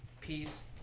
peace